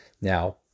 Now